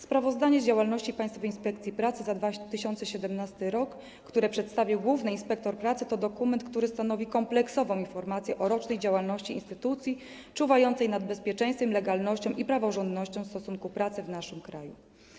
Sprawozdanie z działalności Państwowej Inspekcji Pracy za 2017 r., które przedstawił główny inspektor pracy, to dokument, który stanowi kompleksową informację o rocznej działalności instytucji czuwającej nad bezpieczeństwem, legalnością i praworządnością stosunków pracy w naszym kraju.